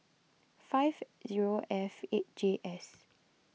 five zero F eight J S